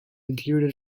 included